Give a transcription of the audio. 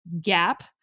gap